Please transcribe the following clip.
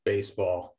Baseball